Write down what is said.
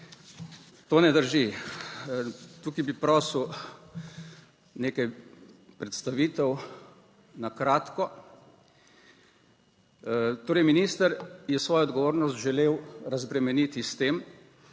To ne drži. Tukaj bi prosil nekaj predstavitev na kratko. Torej, minister je svojo odgovornost želel razbremeniti s tem,